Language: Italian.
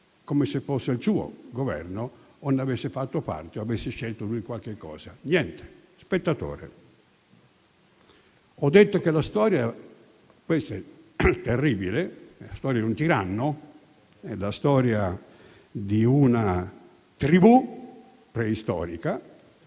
come se fosse il suo Governo o ne avesse fatto parte o avesse scelto lui qualche cosa, invece niente, è uno spettatore. Ho detto che si trattava di una storia terribile, la storia di un tiranno, la storia di una tribù preistorica,